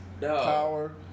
Power